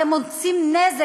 אתם עושים נזק.